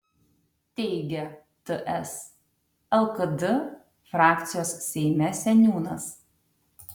teigia ts lkd frakcijos seime seniūnas